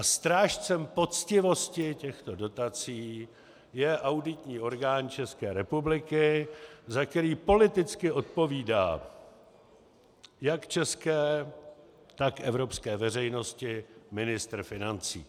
Strážcem poctivosti těchto dotací je auditní orgán České republiky, za který politicky odpovídá jak české, tak evropské veřejnosti ministr financí.